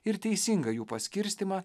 ir teisingą jų paskirstymą